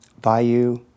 Bayou